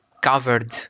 covered